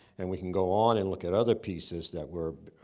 and we can go on and look at other pieces that were,